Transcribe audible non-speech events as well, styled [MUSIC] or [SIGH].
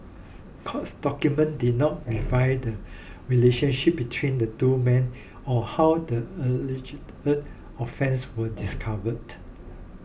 courts documents did not reveal the relationship between the two men or how the alleged [HESITATION] offence was discovered